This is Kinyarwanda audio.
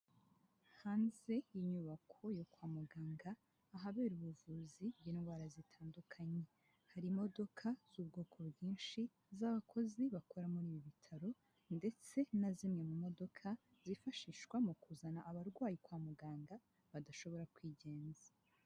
Hanze y'inyubako yo kwa muganga ahabera ubuvuzi bw'indwara zitandukanye, hari imodoka z'ubwoko bwinshi z'abakozi bakora muri ibi bitaro ndetse na zimwe mu modoka zifashishwa mu kuzana abarwayi kwa muganga badashobora kwigenza.